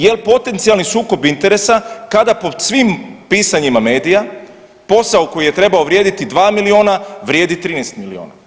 Jel potencijalni sukob interesa kada po svim pisanjima medija posao koji je trebao vrijediti 2 milijuna vrijedi 13 milijuna?